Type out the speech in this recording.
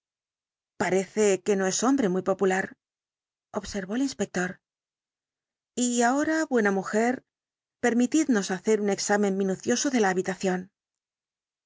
parece que no es hombre muy popular observó el inspector t ahora buena mujer permitidnos hacer un examen minucioso de la habitación